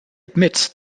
admits